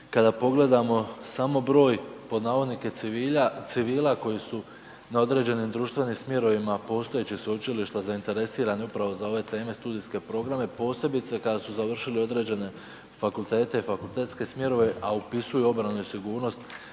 kada pogledamo samo broj pod navodnike civila koji su na određenim društvenim smjerovima postojećeg sveučilišta zainteresirani upravo za ove teme, studijske programe, posebice kada su završili određene fakultete i fakultetske smjerove, a upisuju obranu i sigurnost